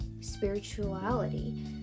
spirituality